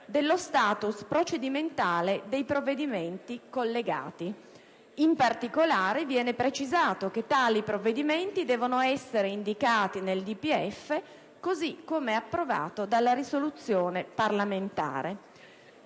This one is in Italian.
dello *status* procedimentale dei provvedimenti collegati. In particolare, viene precisato che tali provvedimenti devono essere indicati nel DPEF, così come approvato dalla risoluzione parlamentare.